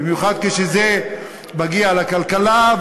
במיוחד כשזה מגיע לכלכלה,